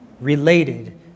related